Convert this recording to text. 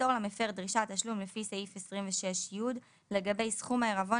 ימסור למפר דרישת תשלום לפי סעיף 26י לגבי סכום העירבון